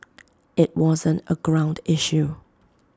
IT wasn't A ground issue